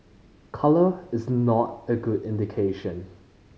colour is not a good indication